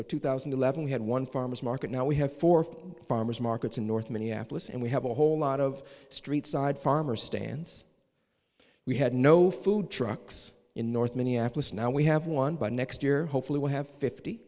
so two thousand and eleven we had one farmer's market now we have four farmers markets in north minneapolis and we have a whole lot of streetside farmer stands we had no food trucks in north minneapolis now we have one by next year hopefully we'll have fifty